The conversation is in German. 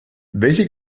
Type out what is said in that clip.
welche